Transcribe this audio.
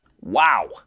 Wow